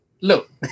look